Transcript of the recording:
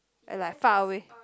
I like far away